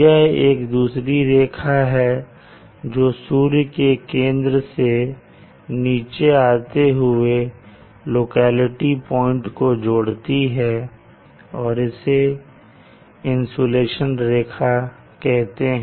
यह एक दूसरी रेखा है जो सूर्य के केंद्र से नीचे आते हुए लोकेलिटी पॉइंट को जोड़ती है इसे इंसुलेशन रेखा कहते हैं